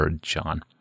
John